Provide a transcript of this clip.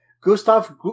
Gustav